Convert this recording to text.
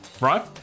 Right